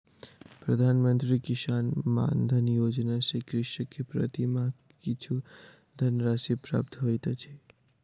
प्रधान मंत्री किसान मानधन योजना सॅ कृषक के प्रति माह किछु धनराशि प्राप्त होइत अछि